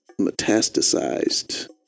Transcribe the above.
metastasized